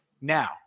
now